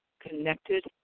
connected